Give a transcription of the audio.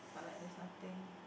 but like there's nothing